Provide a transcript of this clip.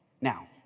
Now